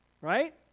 right